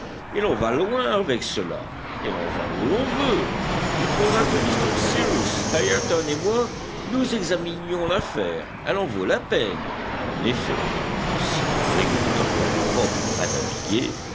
et l'on va loin avec cela et l'on va où l'on veut il faudra que m cyrus ayrton et moi nous examinions l'affaire elle en vaut la peine en effet si le brick était encore propre à naviguer